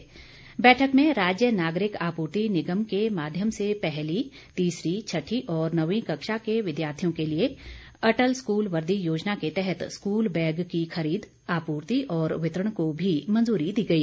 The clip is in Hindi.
मंत्रिमंडल की बैठक में राज्य नागरिक आपूर्ति निगम के माध्यम से पहली तीसरी छठी और नवीं कक्षा के विद्यार्थियों के लिए अटल स्कूल वर्दी योजना के तहत स्कूल बैग की खरीद आपूर्ति और वितरण को भी मंजूरी दी गई